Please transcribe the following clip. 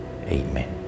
Amen